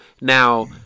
Now